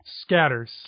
Scatters